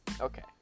okay